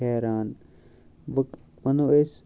فیران وٕ وَنو أسۍ